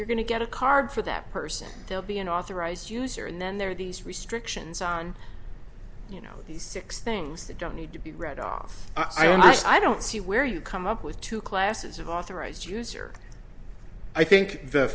you're going to get a card for that person they'll be an authorized user and then there are these restrictions on you know these six things that don't need to be read off i just i don't see where you come up with two classes of authorized user i think the